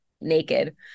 naked